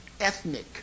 ethnic